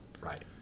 Right